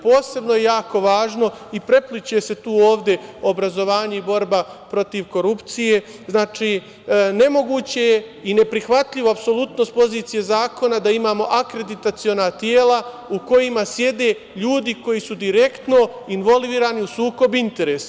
Posebno je jako važno i prepliće se tu ovde obrazovanje i borba protiv korupcije, znači nemoguće je i neprihvatljivo apsolutno s pozicije zakona da imamo akreditaciona tela u kojima sede ljudi koji su direktno involvirani u sukob interesa.